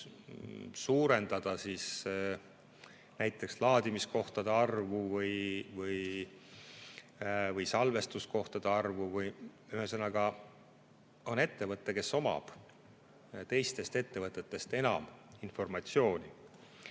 suurendada näiteks laadimiskohtade või salvestuskohtade arvu. Ühesõnaga, meil on ettevõte, kes omab teistest ettevõtetest enam informatsiooni.